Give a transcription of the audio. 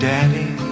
Daddy